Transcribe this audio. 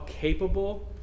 capable